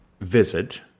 visit